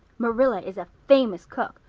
marilla is a famous cook.